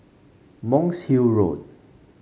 Monk's Hill Road